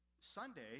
Sunday